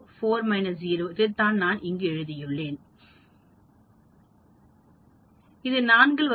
4 x 3 x 2 என்பது 24 12 0 என்பது 1 1 1 2 124 ½ power 4 ஆகும் இது 4